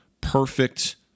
perfect